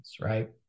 right